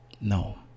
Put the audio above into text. No